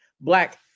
black